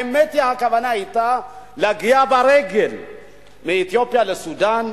האמת היא, הכוונה היתה להגיע ברגל מאתיופיה לסודן,